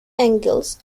engels